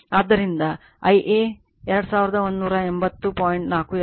ಆದ್ದರಿಂದ Ia 2 180